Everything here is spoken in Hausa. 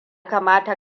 kamata